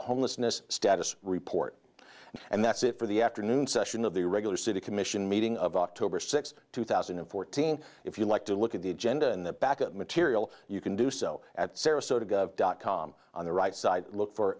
homelessness status report and that's it for the afternoon session of the regular city commission meeting of october sixth two thousand and fourteen if you like to look at the agenda and the backup material you can do so at sarasota dot com on the right side look for